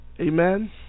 Amen